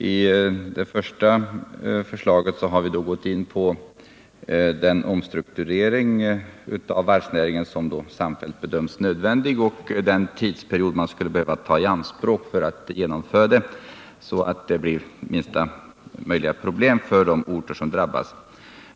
I det första förslaget har vi gått in på den omstrukturering av varvsnäringen som samfällt bedömts nödvändig och den tidsperiod man skulle behöva ta i anspråk för att genomföra den så att det blir minsta möjliga problem för de orter som drabbas.